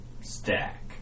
stack